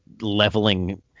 leveling